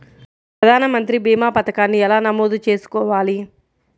ప్రధాన మంత్రి భీమా పతకాన్ని ఎలా నమోదు చేసుకోవాలి?